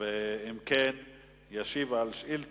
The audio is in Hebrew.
התשס"ט